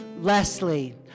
Leslie